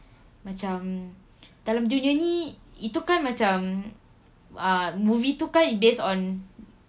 macam dalam dunia ni itu kan macam movie ah tu kan based on